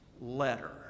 letter